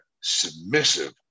submissive